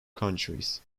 countries